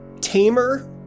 tamer